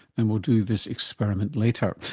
and we'll do this experiment later.